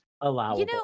allowable